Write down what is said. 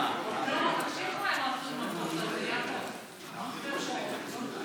נגיף הקורונה החדש),